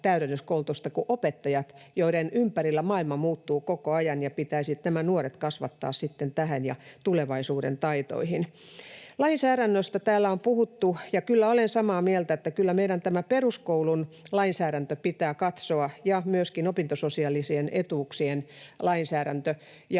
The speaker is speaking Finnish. täydennyskoulutusta kuin opettajat, joiden ympärillä maailma muuttuu koko ajan ja joiden pitää nämä nuoret kasvattaa tähän ja tulevaisuuden taitoihin. Lainsäädännöstä täällä on puhuttu, ja kyllä olen samaa mieltä, että kyllä meidän pitää katsoa tämä peruskoulun lainsäädäntö ja myöskin opintososiaalisien etuuksien lainsäädäntö.